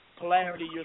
polarity